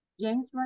James